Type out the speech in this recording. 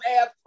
ass